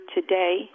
today